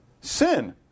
sin